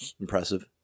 impressive